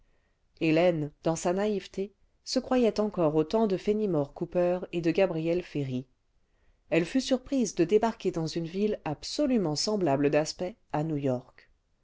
hélène dans sa naïveté se croyait encore aux temps de fenimore cooper et de gabriel ferry elle fut surprise de débarquer clans une ville absolument semblable d'aspect à